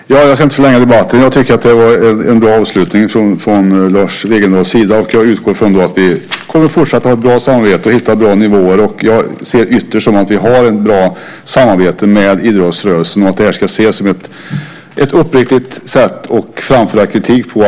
Fru talman! Jag ska inte förlänga debatten. Jag tycker att det var en bra avslutning från Lars Wegendals sida, och jag utgår från att vi kommer att fortsätta att ha bra samarbete och hitta bra nivåer. Jag ser ytterst att vi har ett bra samarbete med idrottsrörelsen och att det här ska ses som ett uppriktigt sätt att framföra kritik på.